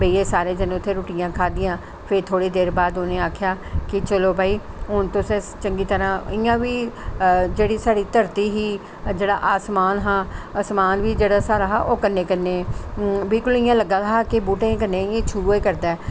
बेही ऐ सारे जने उत्थै रुट्टियां खाद्धियां फिर थोह्ड़ी देर बाद उनें आखेआ कि चलो भाई हून तुस चंगी तरह इयां बी जेहडी साढ़ी धरती ही जेहड़ा आसमान हा आसमान बी जेहड़ा साढ़ा ओह् कल्ले कल्ले बिल्कुल इयां लग्गा दा हा कि बूहटे कन्ने इयां छ्होआ करदा ऐ